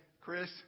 Chris